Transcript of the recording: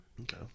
Okay